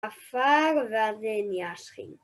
עפר ואז נהיה שחין.